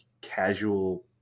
casual